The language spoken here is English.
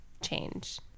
change